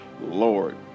Lord